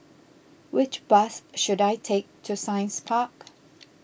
which bus should I take to Science Park